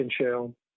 Shell